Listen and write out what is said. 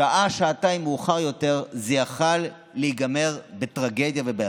שעה-שעתיים מאוחר יותר זה היה יכול להיגמר בטרגדיה ובאסון.